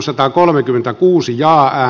kunnioitettu puhemies